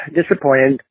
disappointed